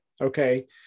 okay